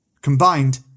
Combined